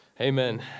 Amen